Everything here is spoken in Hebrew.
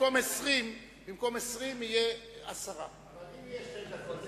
במקום 20 יהיו 10. אבל אם יש שתי דקות,